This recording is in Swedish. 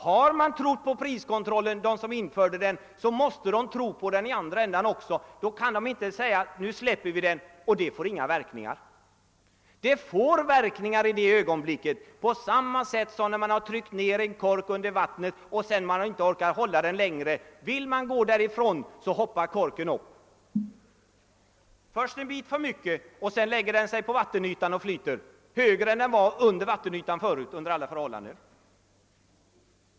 Har de som infört priskontrollen trott på denna, så måste de tro på den även i den andra ändan — de kan inte säga, att nu släpper vi priskontrollen; det får inga verkningar. Det får verkningar i det ögonblicket på samma sätt som när man tryckt ned en kork under vattnet och sedan släpper den: då hoppar korken upp, först en bit över vattenytan, och lägger sig sedan på vattenytan och flyter — under alla förhållanden högre än den förut varit nedtryckt under vattenytan.